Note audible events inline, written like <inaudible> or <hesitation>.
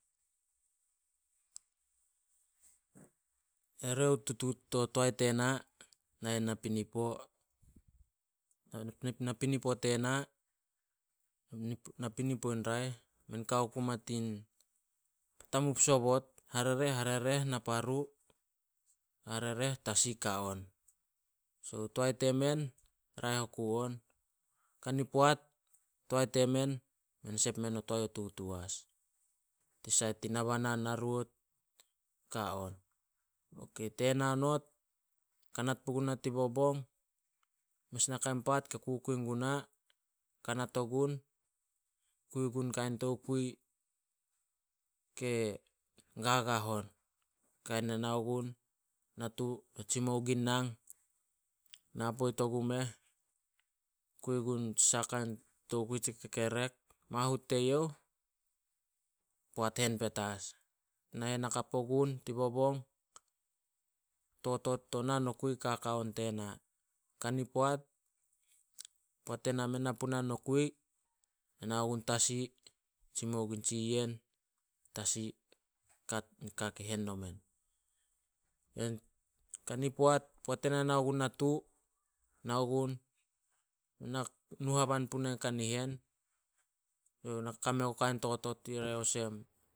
Ere o tutuut to toae tena nahen napirupo. <hesitation> Napinipo tena, napinipo i raeh. Men kao ku ma tin tamup sobot, harereh-harereh, naparu, harereh tasi ka on. So toae temen, raeh oku on. kani poat toae temen, men sep men toae o tutu as, tin sait tin nabanan, narout ka on. Ok, tena not, kanat puguna tin bobong. Mes nakai paat ke kukui guna. kanat ogun, kui gun kain tokui ke gagah on. Kain nai nao gun natu na tsimou guin nang. Na poit ogu meh, kui gun sa kain tokui tsi kekerek. Mahut teyouh, poat hen petas. Hen hakap ogun tin bobong, totot to nah nokui kaka on tena. Kani poat, poat ena mei na puna nokui, na nao gun tasi tsimou gum tsiyen tasi. Ka- ka ke hen nomen. <unintelligible> kani poat, poat ena nao gun natu, nao gun <unintelligible> nu haban punai kanihen. <unintelligible> ku kame o kain totot ire olsem,